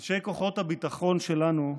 אנשי כוחות הביטחון שלנו,